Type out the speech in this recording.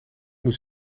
moet